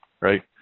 Right